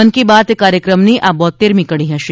મન કી બાત કાર્યક્રમની આ બોત્તેરમી કડી હશે